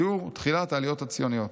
לתיאור תחילת העליות הציוניות.